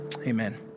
Amen